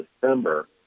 December